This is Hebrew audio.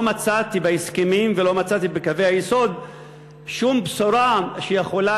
לא מצאתי בהסכמים ולא מצאתי בקווי היסוד שום בשורה שיכולה